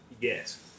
Yes